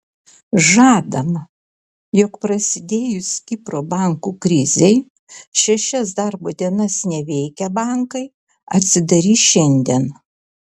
žadama jog prasidėjus kipro bankų krizei šešias darbo dienas neveikę bankai atsidarys šiandien